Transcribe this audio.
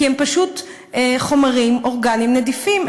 כי הם פשוט חומרים אורגניים נדיפים.